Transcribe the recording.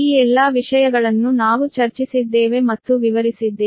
ಈ ಎಲ್ಲಾ ವಿಷಯಗಳನ್ನು ನಾವು ಚರ್ಚಿಸಿದ್ದೇವೆ ಮತ್ತು ವಿವರಿಸಿದ್ದೇವೆ